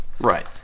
Right